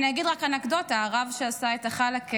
אני אגיד רק אנקדוטה: הרב שעשה את החלאקה,